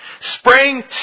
spraying